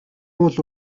уул